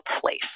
place